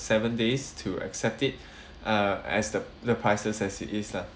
seven days to accept it uh as the the prices as it is lah